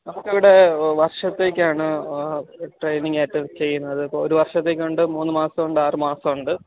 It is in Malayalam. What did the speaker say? നമുക്കിവിടെ വർഷത്തേക്കാണ് ട്രെയിനിങ്ങായിട്ട് ചെയ്യുന്നത് ഇപ്പോൾ ഒരു വർഷത്തേക്കുണ്ട് മൂന്ന് മാസമുണ്ട് ആറ് മാസമുണ്ട്